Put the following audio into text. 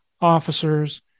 officers